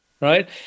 right